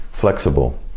flexible